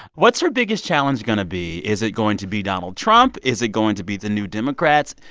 what's her biggest challenge going to be? is it going to be donald trump? is it going to be the new democrats?